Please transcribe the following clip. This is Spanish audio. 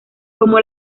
como